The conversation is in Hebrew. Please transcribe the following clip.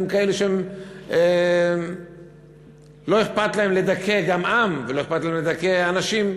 הם כאלה שלא אכפת להם לדכא גם עם ולא אכפת להם לדכא אנשים,